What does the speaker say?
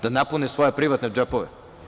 Da napune svoje privatne džepove.